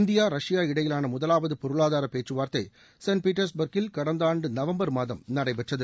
இந்திய ரஷ்ய இடையிலான முதலாவது பொருளாதாரப் பேச்சுவார்த்தை செயின்ட் பீட்டர்ஸ் பார்க்கில் கடந்த ஆண்டு நவம்பர் மாதம் நடைபெற்றது